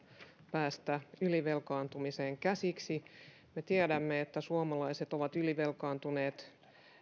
päästä ylivelkaantumiseen käsiksi me tiedämme että suomalaiset ovat ylivelkaantuneet